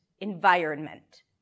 environment